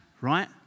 right